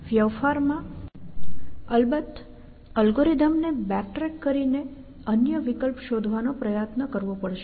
વ્યવહારમાં અલબત્ત અલ્ગોરિધમ ને બૅક ટ્રેક કરીને અન્ય વિકલ્પ શોધવાનો પ્રયત્ન કરવો પડશે